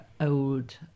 old